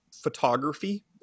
photography